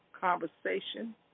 conversation